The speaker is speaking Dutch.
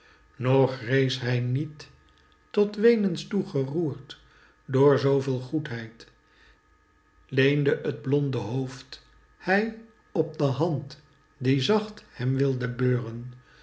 nog rees hij niet tot weenens toe geroerd door zooveel goedheid leende t blonde hoofd hij op de hand die zacht hem wilde beuren